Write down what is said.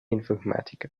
informatica